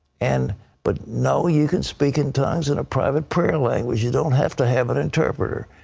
and but know you can speak in tongues in a private prayer language. you don't have to have an interpreter.